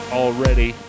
already